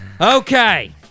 Okay